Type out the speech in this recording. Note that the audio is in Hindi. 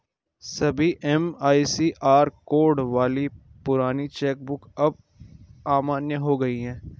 सभी एम.आई.सी.आर कोड वाली पुरानी चेक बुक अब अमान्य हो गयी है